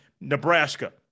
Nebraska